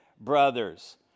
brothers